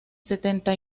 setenta